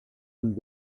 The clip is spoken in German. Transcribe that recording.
und